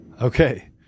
Okay